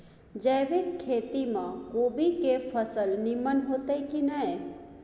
जैविक खेती म कोबी के फसल नीमन होतय की नय?